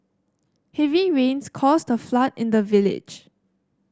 heavy rains caused a flood in the village